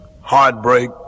heartbreak